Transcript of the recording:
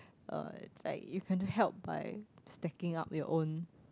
uh like you can help by stacking up your own